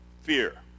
fear